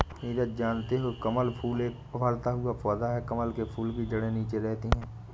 नीरज जानते हो कमल फूल एक उभरता हुआ पौधा है कमल के फूल की जड़े नीचे रहती है